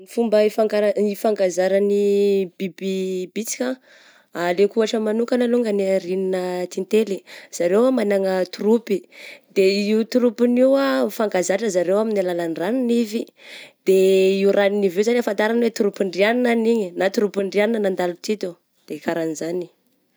Fomba ifan-ifankazaragny biby bitsika, alaiko ohatra manokagna longany ny rignina tintely, zareo ah magnana troupe de io troupeny io ah mifankazatra zareo amin'ny alalan'ny ranon'ivy, de io ranon'ivy io zany afantaragna hoe troupe ndry agnina any igny, na troupe ndry agnona nandalo teto de kara zagny.